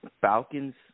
Falcons